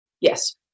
Yes